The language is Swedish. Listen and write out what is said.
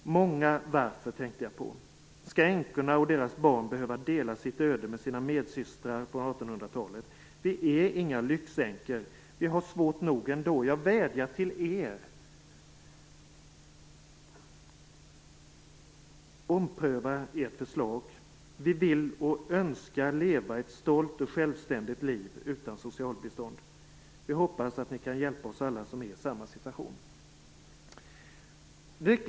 Många varför tänkte jag på. Skall änkorna och deras barn behöva dela sitt öde med sina medsystrar från 1800-talet. Vi är inga 'lyx' änkor vi har svårt nog ändå. Jag vädjar till Er, ompröva Erat förslag. Vi vill och önskar lever en stolt och självständig liv utan socialbistånd. Vi hoppas att Ni kan hjälpa oss alla som är i samma situation."